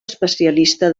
especialista